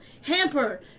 Hamper